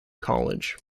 college